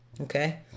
Okay